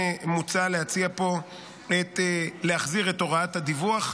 מוצע להחזיר את הוראת הדיווח,